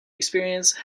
experience